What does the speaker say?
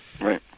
Right